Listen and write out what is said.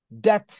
Death